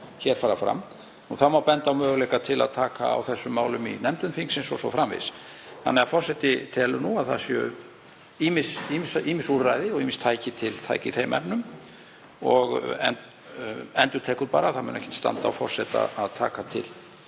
hér fara fram. Það má benda á möguleika til að taka á þessum málum í nefndum þingsins o.s.frv. Þannig að forseti telur nú að það séu ýmis úrræði og ýmis tæki tiltæk í þeim efnum og endurtekur bara að það mun ekki standa á forseta að taka til